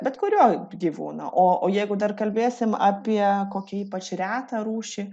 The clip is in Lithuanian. bet kurio gyvūno o o jeigu dar kalbėsim apie kokią ypač retą rūšį